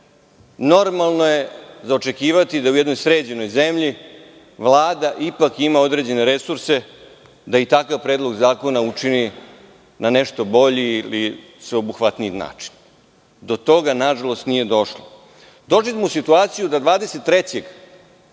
normalno je za očekivati da u jednoj sređenoj zemlji Vlada ipak ima određene resurse da i takav predlog zakona učini nešto boljim i sveobuhvatnijimDo toga nažalost nije došlo. Dođemo u situaciju da 23.